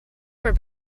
for